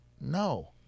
No